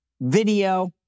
video